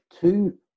Two